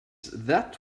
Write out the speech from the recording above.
that